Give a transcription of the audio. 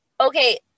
Okay